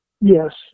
Yes